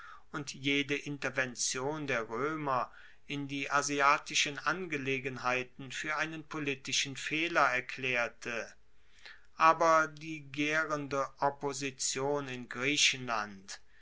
und jede intervention der roemer in die asiatischen angelegenheiten fuer einen politischen fehler erklaerte aber die gaerende opposition in griechenland